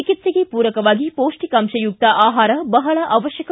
ಚಿಕಿತ್ಸೆಗೆ ಪೂರಕವಾಗಿ ಪೌಷ್ಟಿಕಾಂಶಯುಕ್ತ ಆಹಾರ ಬಹಳ ಅವಶ್ಯಕ